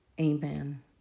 Amen